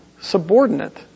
subordinate